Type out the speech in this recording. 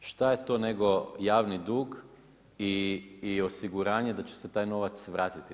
Šta je to nego javni dug i osiguranje da će se taj novac vratiti.